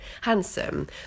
handsome